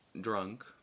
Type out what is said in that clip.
drunk